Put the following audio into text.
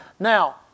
Now